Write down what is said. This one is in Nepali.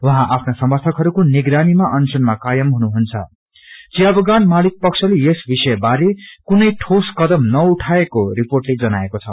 उहाँ आफ्ना समर्थकहरूको निगरानीमा अनशनमा कायम हुनुहुन्छंचिया बगान मालिक पक्षले यस विषय बारे कुनै ठोस कदम नउठाएको रिर्पोटले जनाएको छ